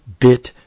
bit